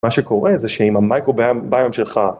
מה שקורה זה שאם המיקרוביום שלך.